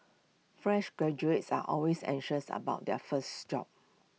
fresh graduates are always anxious about their first job